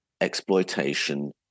exploitation